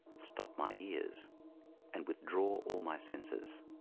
stop my ears and withdraw all my senses.